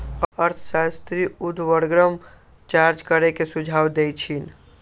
अर्थशास्त्री उर्ध्वगम चार्ज करे के सुझाव देइ छिन्ह